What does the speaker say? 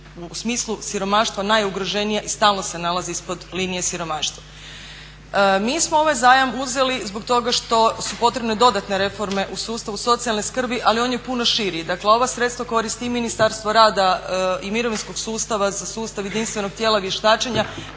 u smislu siromaštva najugroženija i stalno se nalazi ispod linije siromaštva. Mi smo ovaj zajam uzeli zbog toga što su potrebne dodatne reforme u sustavu socijalne skrbi, ali on je puno širi. Dakle, ova sredstva koristi i Ministarstvo rada i mirovinskog sustava za sustav jedinstvenog tijela vještačenja